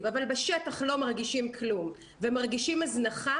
אבל בשטח לא מרגישים כלום ומרגישים הזנחה,